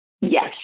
Yes